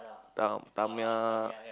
ta~ Tamiya